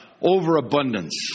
overabundance